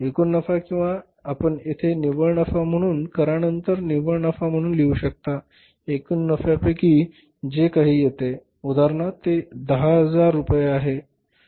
एकूण नफा किंवा आपण येथे निव्वळ नफा म्हणून करानंतर निव्वळ नफा म्हणून लिहू शकता एकूण नफ्यापैकी जे काही येते उदाहरणार्थ ते 10000 रुपये आहे बरोबर